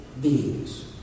beings